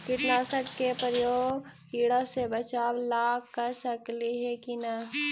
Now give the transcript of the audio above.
कीटनाशक के उपयोग किड़ा से बचाव ल कर सकली हे की न?